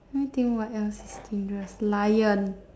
let me think what else is dangerous lion